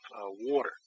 water